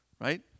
right